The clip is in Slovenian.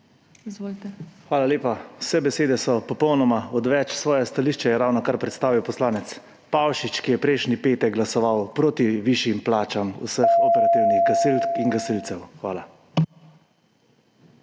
Hvala lepa. Vse besede so popolnoma odveč. Svoje stališče je ravnokar predstavil poslanec Pavšič, ki je prejšnji petek glasoval proti višjim plačam vseh operativnih gasilk in gasilcev. Hvala.